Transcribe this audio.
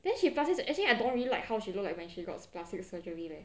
then she plastic actually I don't really like how she look like when she got plastic surgery leh